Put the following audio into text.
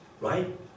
right